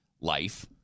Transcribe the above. life